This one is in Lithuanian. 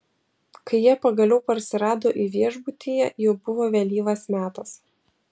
kai jie pagaliau parsirado į viešbutyje jau buvo vėlyvas metas